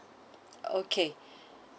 okay